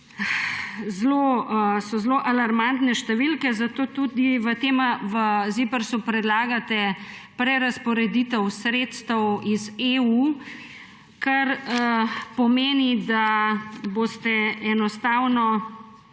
To so zelo alarmantne številke, zato tudi v ZIPRS predlagate prerazporeditev sredstev iz EU, kar pomeni, da boste enostavno